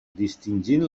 distingint